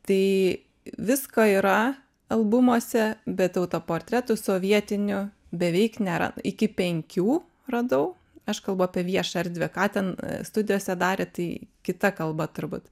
tai visko yra albumuose bet autoportretų sovietinių beveik nėra iki penkių radau aš kalbu apie viešą erdvę ką ten studijose darė tai kita kalba turbūt